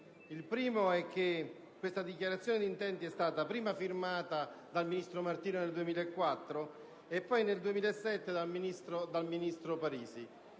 Il primo è che questa Dichiarazione di intenti è stata firmata dal ministro Martino nel 2004 e nel 2007 dal ministro Parisi.